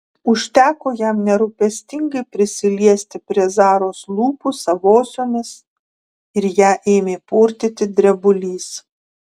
užteko jam nerūpestingai prisiliesti prie zaros lūpų savosiomis ir ją ėmė purtyti drebulys